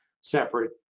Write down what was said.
separate